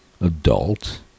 adult